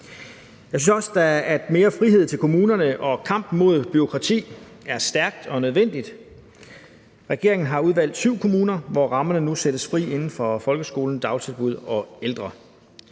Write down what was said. Jeg synes også, at mere frihed til kommunerne og kampen mod bureaukrati er stærkt og nødvendigt. Regeringen har udvalgt syv kommuner, hvor rammerne nu sættes fri inden for folkeskole, dagtilbud og ældre.